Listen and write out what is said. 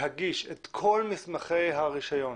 להגיש את כל מסמכי הרישיון